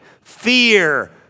fear